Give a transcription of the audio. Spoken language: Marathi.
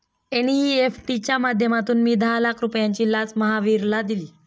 एन.ई.एफ.टी च्या माध्यमातून मी दहा लाख रुपयांची लाच महावीरला दिली